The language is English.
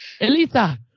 Elisa